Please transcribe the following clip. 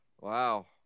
Wow